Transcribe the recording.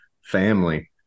family